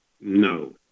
No